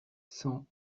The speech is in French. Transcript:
cent